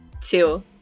two